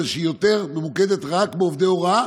אבל שהיא יותר ממוקדת רק בעובדי הוראה